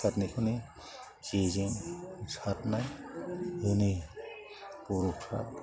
सारनायखौनो जेजों सारनाय दोनै बर'फ्रा